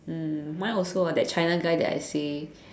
mm mine also ah that China guy that I say